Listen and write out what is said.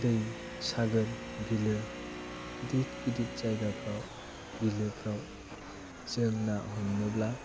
दै सागोर बिलो गिदिर गिदिर जायगाफ्राव बिलोफ्राव जों ना हमनोब्ला